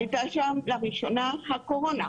הייתה שם לראשונה הקורונה.